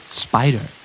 spider